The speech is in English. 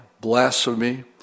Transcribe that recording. blasphemy